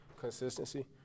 consistency